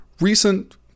recent